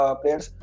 players